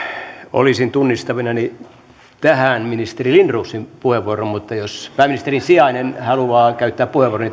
olisin tunnistavinani tähän ministeri lindroosin puheenvuoron mutta jos pääministerin sijainen haluaa käyttää puheenvuoron